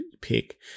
pick